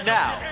now